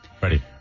Ready